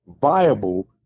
viable